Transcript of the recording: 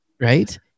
Right